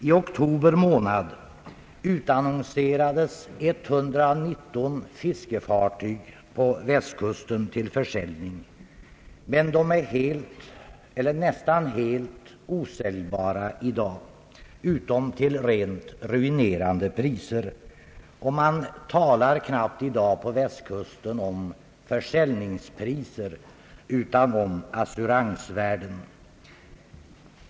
I oktober månad i år utannonserades 119 fiskefartyg på västkusten till försäljning, men de är helt eller nästan helt osäljbara i dag utom till rent ruinerande priser. Man talar knappt i dag på västkusten om försäljningspriser, utan om assuransvärden.